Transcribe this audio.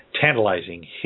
tantalizing